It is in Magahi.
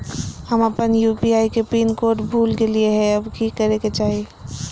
हम अपन यू.पी.आई के पिन कोड भूल गेलिये हई, अब की करे के चाही?